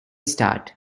start